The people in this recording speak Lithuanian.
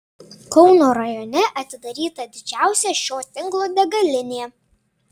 kauno rajone atidaryta didžiausia šio tinklo degalinė